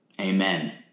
Amen